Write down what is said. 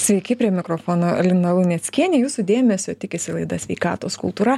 sveiki prie mikrofono lina luneckienė jūsų dėmesio tikisi laida sveikatos kultūra